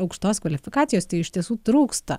aukštos kvalifikacijos tai iš tiesų trūksta